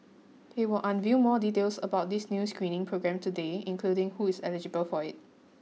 it will unveil more details about this new screening program today including who is eligible for it